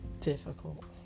difficult